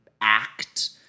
act